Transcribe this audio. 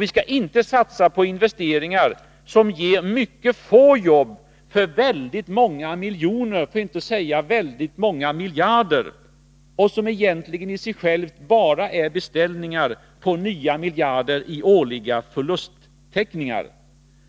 Vi skall inte satsa på investeringar som för väldigt många miljoner — för att inte säga miljarder — ger få jobb och egentligen i sig själva bara är beställningar på nya miljarder i årliga förlusttäckningar.